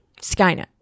Skynet